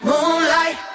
Moonlight